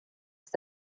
ist